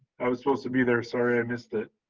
i was supposed to be there, sorry i missed it.